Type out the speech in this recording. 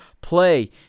play